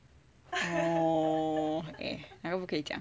oh eh 那个不可以讲